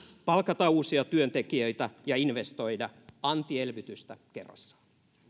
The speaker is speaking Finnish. palkata uusia työntekijöitä ja investoida antielvytystä kerrassaan